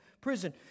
prison